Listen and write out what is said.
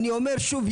אני אומר שוב,